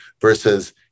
versus